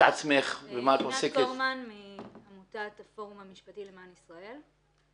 עינת קורמן מעמותת הפורום המשפטי למען ישראל.